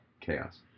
Chaos